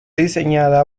diseñada